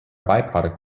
byproduct